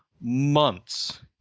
months